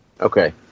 Okay